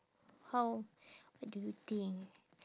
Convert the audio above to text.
how what do you think